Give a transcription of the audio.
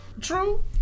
true